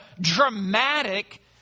dramatic